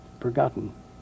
forgotten